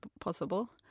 possible